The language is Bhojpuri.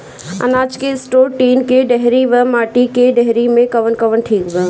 अनाज के स्टोर टीन के डेहरी व माटी के डेहरी मे कवन ठीक बा?